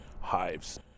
hives